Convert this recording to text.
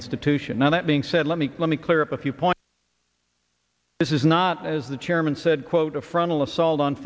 institution now that being said let me let me clear up a few points this is not as the chairman said quote a frontal assault on